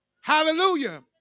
Hallelujah